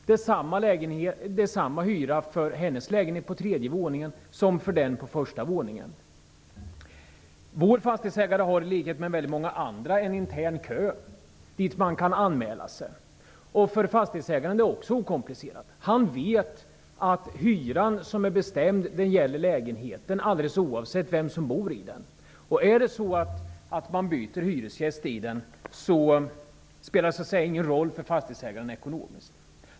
Det är samma hyra för Annas lägenhet på tredje våningen som det är för lägenheten på första våningen. Vår fastighetsägare har i likhet med väldigt många andra en intern kö som man kan anmäla sig till. Också för fastighetsägaren är det här okomplicerat. Han vet att den hyra som bestämts gäller lägenheten alldeles oavsett vem som bor i den. Om det blir en ny hyresgäst spelar det ingen roll för fastighetsägaren ekonomiskt.